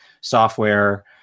software